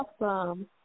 awesome